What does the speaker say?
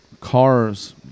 cars